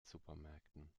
supermärkten